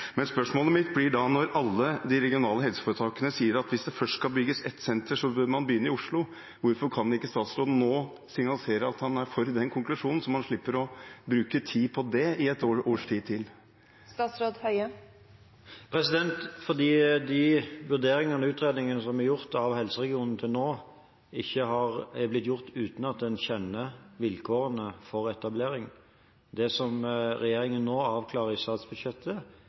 Spørsmålet mitt blir da: Når alle de regionale helseforetakene sier at hvis det først skal bygges ett senter, bør man begynne i Oslo, hvorfor kan ikke statsråden nå signalisere at han er for den konklusjonen, så man slipper å bruke tid på det et års tid til? De vurderingene og utredningene som er gjort av helseregionene til nå, er blitt gjort uten at man kjenner vilkårene for etablering. Det som regjeringen nå avklarer i statsbudsjettet,